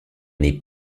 n’est